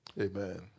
Amen